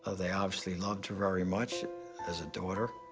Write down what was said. ah they obviously loved her very much as a daughter.